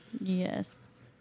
Yes